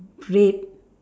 red